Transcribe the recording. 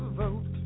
vote